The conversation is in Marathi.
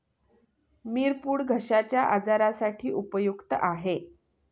मिरपूड घश्याच्या आजारासाठी खूप उपयुक्त आहे